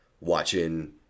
watching